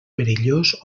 perillós